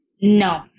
No